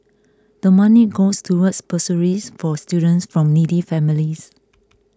the money goes towards bursaries for students from needy families